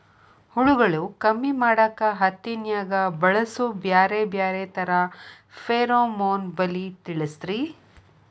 ಹುಳುಗಳು ಕಮ್ಮಿ ಮಾಡಾಕ ಹತ್ತಿನ್ಯಾಗ ಬಳಸು ಬ್ಯಾರೆ ಬ್ಯಾರೆ ತರಾ ಫೆರೋಮೋನ್ ಬಲಿ ತಿಳಸ್ರಿ